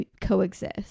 coexist